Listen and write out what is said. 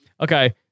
Okay